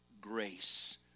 grace